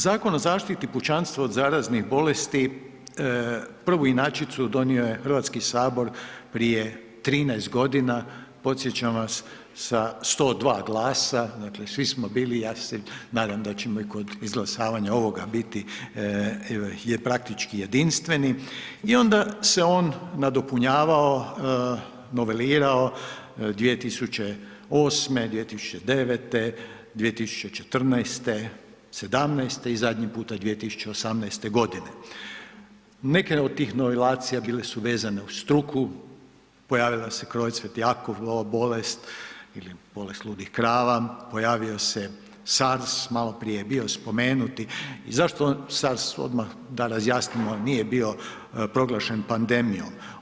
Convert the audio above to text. Zakon o zaštiti pučanstva od zaraznih bolesti, prvu inačicu donio je HS prije 13.g., podsjećam vas sa 102 glasa, dakle svi smo bili, ja se nadam da ćemo i kod izglasavanja ovoga biti praktički jedinstveni i onda se on nadopunjavao, novelirao 2008., 2009., 2014., '17. i zadnji puta 2018. g. Neke od tih novilacija bile su vezane uz struku, pojavila se ... bolest ili bolest ludih krava, pojavio se SARS, maloprije je bio spomenuti i zašto SARS odmah, da razjasnimo nije bio proglašen pandemijom?